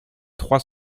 trois